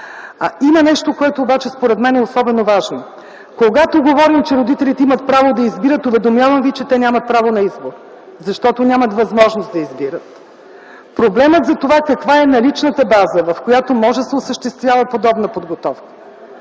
Има нещо, което обаче, според мен, е особено важно. Когато говорим, че родителите имат право да избират – уведомявам ви, че те нямат право на избор, защото нямат възможност да избират. Проблемът за това каква е наличната база, в която може да се осъществява подобна подготовка,